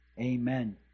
Amen